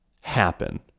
happen